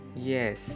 yes